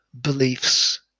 beliefs